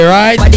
right